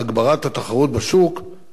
לטובת הצרכן הישראלי.